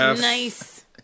Nice